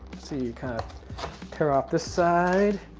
see, you kind of tear off this side.